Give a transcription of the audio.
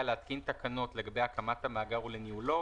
להתקין תקנות לגבי הקמת המאגר ולניהולו,